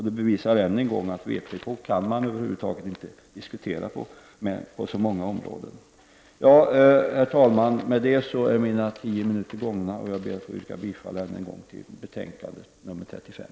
Det visar ännu en gång att man över huvud taget inte kan resonera med vpk på särskilt många områden. Herr talman! Med detta är de tio minuter slut som stod till mitt förfogande. Jag ber att få yrka bifall ännu en gång till näringsutskottets hemställan i betänkande nr 35.